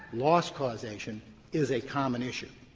loss causation is a common issue.